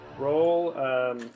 Roll